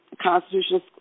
constitutional